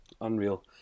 Unreal